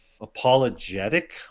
apologetic